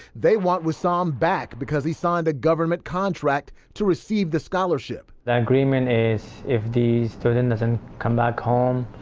they want wisam um back because he signed a government contract to receive a scholarship. the agreement is if the student doesn't come back home,